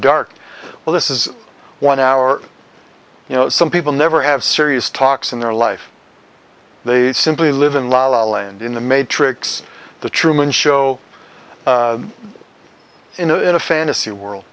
dark well this is one hour you know some people never have serious talks in their life they simply live in la la land in the matrix the truman show in a fantasy world